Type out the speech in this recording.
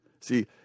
See